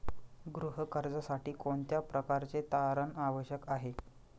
गृह कर्जासाठी कोणत्या प्रकारचे तारण आवश्यक आहे?